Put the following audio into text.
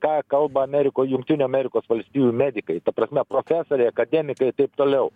ką kalba amerikoj jungtinių amerikos valstijų medikai ta prasme profesoriai akademikai taip toliau